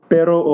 Pero